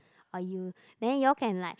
or you then you all can like